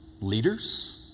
leaders